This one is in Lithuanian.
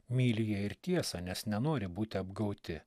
myli jie ir tiesą nes nenori būti apgauti